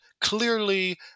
clearly